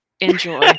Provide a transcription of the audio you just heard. Enjoy